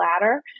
ladder